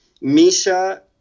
Misha